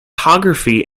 photography